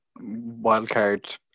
wildcard